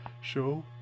show